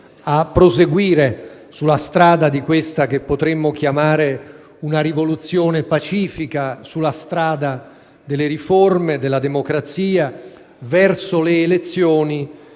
a proseguire sulla strada di questa che potremmo chiamare una rivoluzione pacifica, ossia sul cammino delle riforme, della democrazia e verso le elezioni